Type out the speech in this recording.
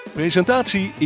Presentatie